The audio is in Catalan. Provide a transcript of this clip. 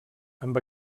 amb